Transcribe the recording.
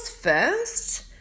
first